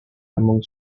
among